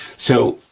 so,